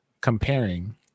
comparing